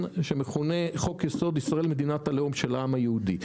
שמכונה חוק יסוד: ישראל מדינת הלאום של העם היהודי.